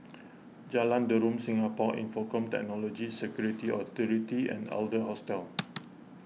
Jalan Derum Singapore Infocomm Technology Security Authority and Adler Hostel